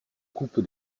coupe